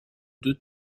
deux